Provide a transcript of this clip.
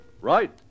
Right